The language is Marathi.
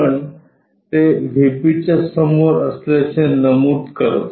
पण ते व्हीपी च्या समोर असल्याचे नमूद करते